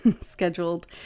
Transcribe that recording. scheduled